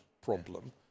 problem